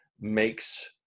makes